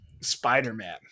Spider-Man